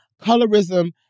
colorism